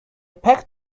packed